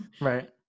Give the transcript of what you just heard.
Right